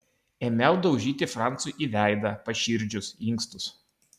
ėmiau daužyti francui į veidą paširdžius inkstus